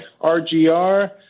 RGR